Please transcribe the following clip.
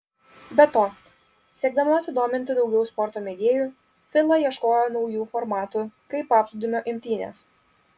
be to siekdama sudominti daugiau sporto mėgėjų fila ieškojo naujų formatų kaip paplūdimio imtynės